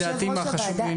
יושב-ראש הוועדה,